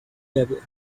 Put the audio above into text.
level